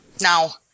Now